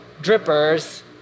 drippers